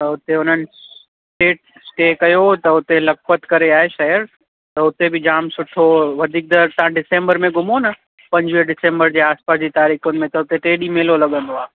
त हुते हुननि स्टे स्टे कयो हुओ त हुते लखपत करे आहे शहर त हुते बि जाम सुठो वधीकतर तव्हां दिसंबर में घुमो न पंजुवीह दिसंबर जे आसपासि जी तारीख़ुनि में त हुते टे ॾींहं मेलो लॻंदो आहे